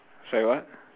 sorry what